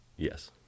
Yes